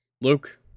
Luke